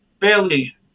fairly